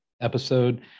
episode